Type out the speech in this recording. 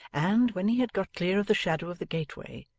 and, when he had got clear of the shadow of the gateway,